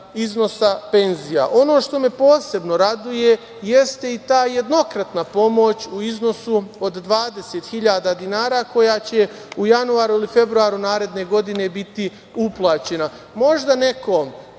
iznosa penzija. Ono što me posebno raduje jeste i ta jednokratna pomoć u iznosu od 20.000 dinara koja će u januaru ili februaru naredne godine biti uplaćena. Možda nekom